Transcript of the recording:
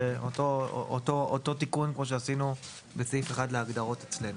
זה אותו תיקון כמו שעשינו בסעיף (1) להגדרות אצלנו.